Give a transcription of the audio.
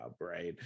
right